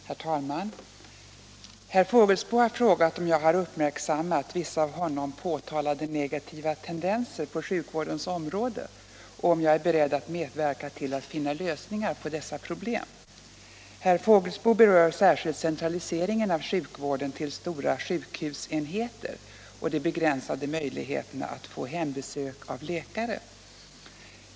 Herr talman! Herr Fågelsbo har frågat om jag har uppmärksammat vissa av honom påtalade negativa tendenser på sjukvårdens område och om jag är beredd att medverka till att finna lösningar på dessa problem. Herr Fågelsbo berör särskilt centraliseringen av sjukvården till stora sjukhusenheter och de begränsade möjligheterna att få hembesök av läkare.